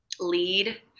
lead